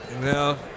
No